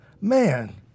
man